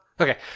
Okay